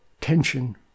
tension